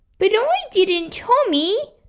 but you know i didn't. tommy!